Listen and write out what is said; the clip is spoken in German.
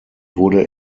wurde